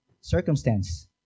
circumstance